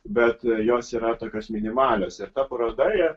bet jos yra tokios minimalios ir ta paroda ja